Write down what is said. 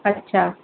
अछा